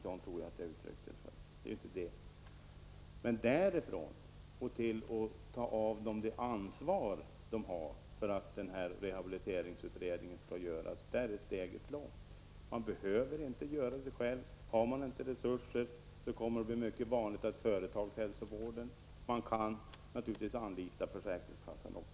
Men därifrån och till att ta ifrån dem deras ansvar för att denna rehabiliteringsutredning görs är steget lågt. De behöver inte själva göra den. Om företagen inte har resurser kommer det att bli mycket vanligt att företagshälsovården gör denna. Men de kan naturligtvis även kontakta försäkringskassan.